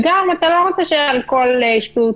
ואתה גם לא רוצה שעל כל שטות